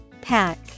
Pack